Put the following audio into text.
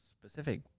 specific